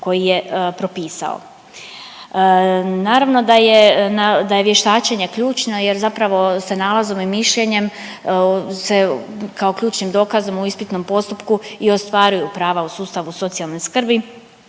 koji je propisao. Naravno da je, da je vještačenje ključno jer zapravo se nalazom i mišljenjem se kao ključnim dokazima u ispitnom postupku i ostvaruju prava u sustavu socijalne skrbi